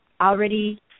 already